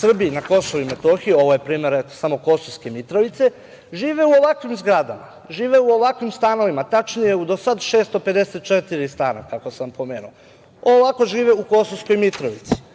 Srbi na Kosovu i Metohiji, ovo je primer, eto, samo Kosovske Mitrovice, žive u ovakvim zgradama, žive u ovakvim stanovima. Tačnije, u do sada 654 stana, kako sam pomenuo. Ovako žive u Kosovskoj Mitrovici.